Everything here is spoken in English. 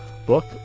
book